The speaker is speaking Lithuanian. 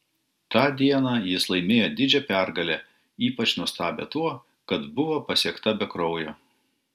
tą dieną jis laimėjo didžią pergalę ypač nuostabią tuo kad buvo pasiekta be kraujo